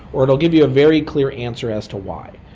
or it'll give you a very clear answer as to why.